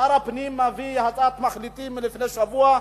שר הפנים מביא הצעת מחליטים מלפני שבוע,